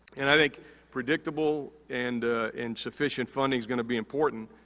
and, i think predictable and and sufficient funding's gonna be important,